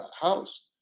house